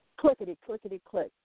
clickety-clickety-click